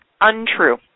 untrue